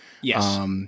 yes